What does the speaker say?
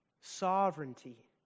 sovereignty